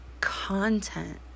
content